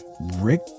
Rick